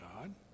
God